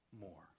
more